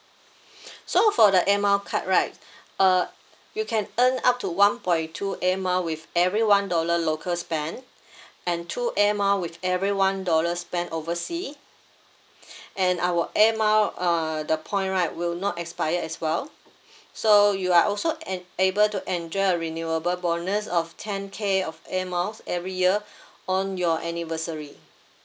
so for the air mile card right uh you can earn up to one point two air mile with every one dollar local spend and two air mile with every one dollar spend oversea and our air mile uh the point right will not expire as well so you are also en~ able to enjoy a renewable bonus of ten K of air miles every year on your anniversary